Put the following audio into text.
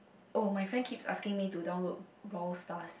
oh my friend keeps asking me to download Brawl Stars